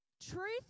truth